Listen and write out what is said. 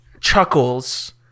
chuckles